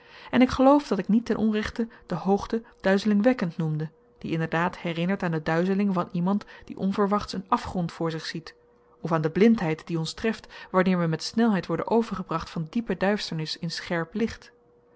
en ik geloof dat ik niet tenonrechte de hoogte duizelingwekkend noemde die inderdaad herinnert aan de duizeling van iemand die onverwachts een afgrond voor zich ziet of aan de blindheid die ons treft wanneer we met snelheid worden overgebracht van diepe duisternis in scherp licht